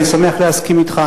אני שמח להסכים אתך,